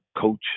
coach